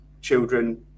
children